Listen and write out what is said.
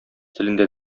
телендә